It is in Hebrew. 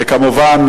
וכמובן,